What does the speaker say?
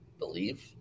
Believe